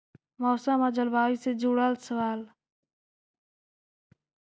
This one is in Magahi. मौसम और जलवायु से जुड़ल सवाल?